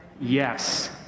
Yes